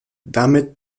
damit